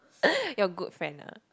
your good friend ah